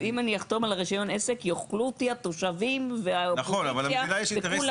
אז אם אני אחתום על רישיון העסק יאכלו אותי התושבים והאופוזיציה וכולם.